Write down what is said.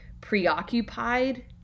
preoccupied